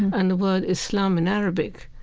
and the word islam in arabic,